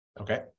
Okay